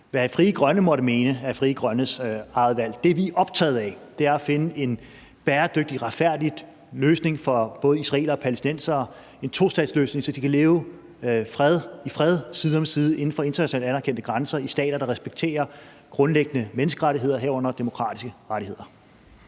Hvad Frie Grønne måtte mene, er Frie Grønnes eget valg. Det, vi er optaget af, er at finde en bæredygtig retfærdig løsning for både israelere og palæstinensere, en tostatsløsning, så de kan leve i fred side om side inden for internationalt anerkendte grænser i stater, der respekterer grundlæggende menneskerettigheder, herunder demokratiske rettigheder.